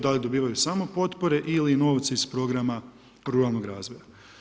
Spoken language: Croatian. Da li dobivaju samo potpore ili i novce iz programa ruralnog razvoja.